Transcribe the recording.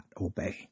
obey